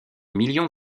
millions